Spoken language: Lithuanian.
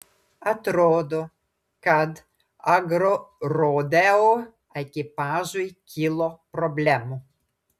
atrodo kad agrorodeo ekipažui kilo problemų